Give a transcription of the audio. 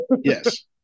Yes